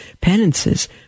penances